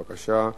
בבקשה.